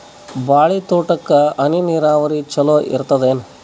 ಬಾಳಿ ತೋಟಕ್ಕ ಹನಿ ನೀರಾವರಿ ಚಲೋ ಇರತದೇನು?